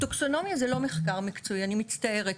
טקסונומיה זה לא מחקר מקצועי, אני מצטערת.